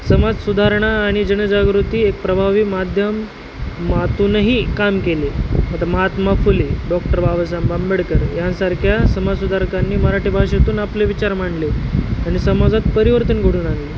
समाजसुधारणा आणि जनजागृती एक प्रभावी माध्यमातूनही काम केले आता महात्मा फुले डॉक्टर बाबासाहेब आंबेडकर यांसारख्या समाजसुधारकांनी मराठी भाषेतून आपले विचार मांडले आणि समाजात परिवर्तन घडवून आणले